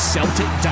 Celtic